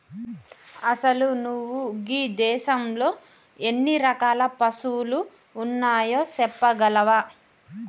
అసలు నువు గీ దేసంలో ఎన్ని రకాల పసువులు ఉన్నాయో సెప్పగలవా